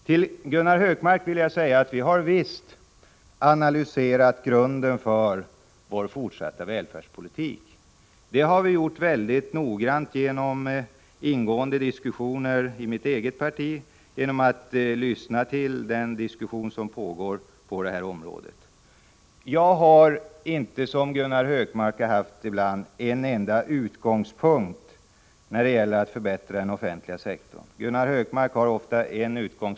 Till Gunnar Hökmark vill jag säga att vi visst har analyserat grunden för vår fortsatta välfärdspolitik. Det har vi gjort genom ingående diskussioner i mitt eget parti och genom att lyssna till människorna. Jag har inte som Gunnar Hökmark ibland haft en enda utgångspunkt när det gäller att förbättra den offentliga sektorn, nämligen privatisering.